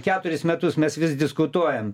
keturis metus mes vis diskutuojam